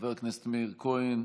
חבר הכנסת מאיר כהן,